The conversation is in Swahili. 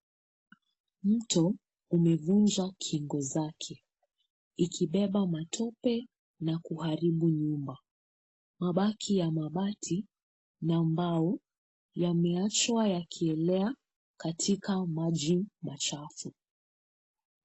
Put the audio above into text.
Mto umevunja kingo zake, ukibeba matope na kuharibu nyumba, mabaki ya mabati na mbao yamebaki yakielea kwa maji.